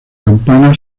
campana